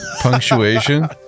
Punctuation